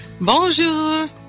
Bonjour